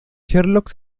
sherlock